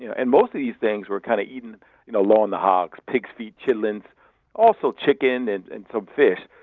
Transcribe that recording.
and most of these things were kind of eaten you know low on the hog pigs' feet and chitlins also chicken and and some fish.